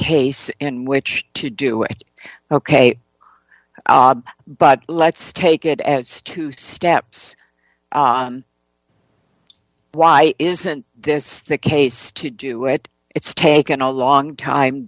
case in which to do it ok but let's take it as two steps why isn't this the case to do it it's taken a long time